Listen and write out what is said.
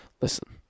Listen